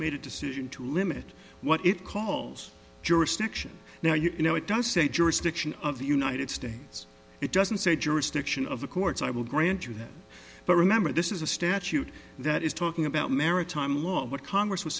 made a decision to limit what it calls jurisdiction now you know it does say jurisdiction of the united states it doesn't say jurisdiction of the courts i will grant you that but remember this is a statute that is talking about maritime law what congress was